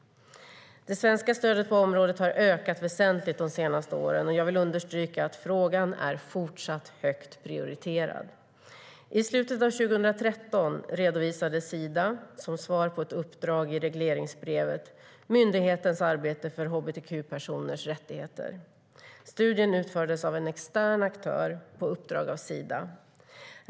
Det svenska stödet på området har ökat väsentligt de senaste åren, och jag vill understryka att frågan är fortsatt högt prioriterad. I slutet av 2013 redovisade Sida, som svar på ett uppdrag i regleringsbrevet, myndighetens arbete för hbtq-personers rättigheter. Studien utfördes av en extern aktör på uppdrag av Sida.